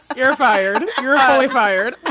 you're fired. you're fired. ah